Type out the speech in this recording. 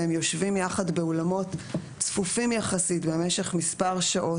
והם יושבים יחד באולמות צפופים יחסית במשך מספר שעות.